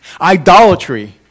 Idolatry